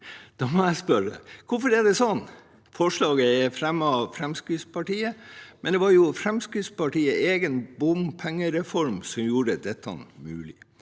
Da må jeg spørre: Hvorfor er det slik? Forslaget er fremmet av Fremskrittspartiet, men det var jo Fremskrittspartiets egen bompengereform som gjorde dette mulig.